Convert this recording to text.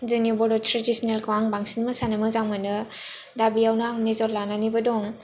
जोंनि बर' ट्रेदिसेनेलखौ आं बांसिन मोसानो मोजां मोनो दा बेयावनो आं मेजर लानानैबो दं